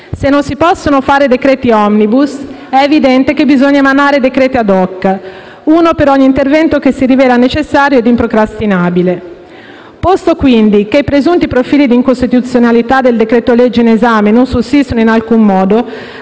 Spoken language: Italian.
Se non si possono fare decreti-legge *omnibus*, è evidente che bisogna emanare decreti-legge *ad hoc*, uno per ogni intervento che si rivela necessario e improcrastinabile. Posto quindi che i presunti profili di incostituzionalità del decreto-legge in esame non sussistono in alcun modo,